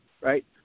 right